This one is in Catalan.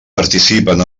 participen